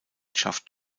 schaft